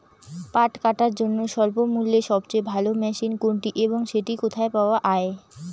পাট কাটার জন্য স্বল্পমূল্যে সবচেয়ে ভালো মেশিন কোনটি এবং সেটি কোথায় পাওয়া য়ায়?